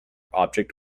object